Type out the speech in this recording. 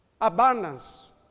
Abundance